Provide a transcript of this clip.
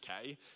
okay